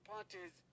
Parties